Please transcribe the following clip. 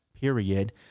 period